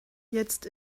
jetzt